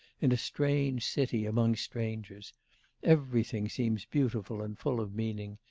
in a strange city among strangers everything seems beautiful and full of meaning,